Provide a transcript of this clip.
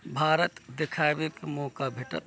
भारत देखाबैके मौका भेटत